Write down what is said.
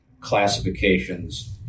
classifications